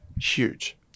huge